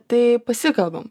tai pasikalbam